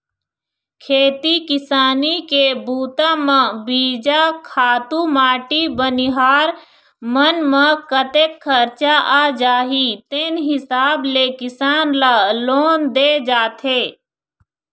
खेती किसानी के बूता म बीजा, खातू माटी बनिहार मन म कतेक खरचा आ जाही तेन हिसाब ले किसान ल लोन दे जाथे